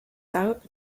out